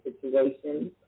situations